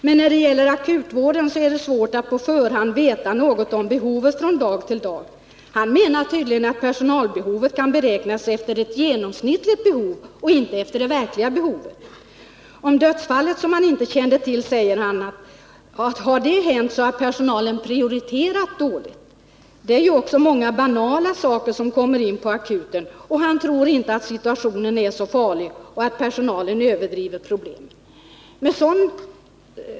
Men när det gäller akutvården är det svårt att på förhand veta något om behovet från dag till dag. Han menar tydligen att personalbehovet kan beräknas efter ett genomsnittligt vårdbehov, inte efter det verkliga behovet. Om dödsfallet, som han inte känner till, säger han att det har hänt att personalen prioriterat dåligt. Det är ju också många banala fall som kommer in på akuten, och han tror inte att situationen är så farlig. Personalen överdriver problemen.